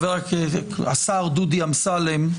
השר דודי אמסלם,